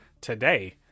today